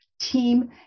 team